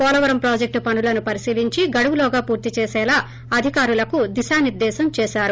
Polavaram project పనులను పరిశీలించి గడువులోగా పూర్తి చేసేలా అధికారులకు దిశా నిర్గేశం చేశారు